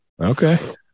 okay